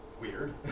weird